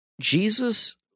Jesus